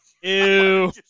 Ew